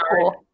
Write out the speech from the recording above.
cool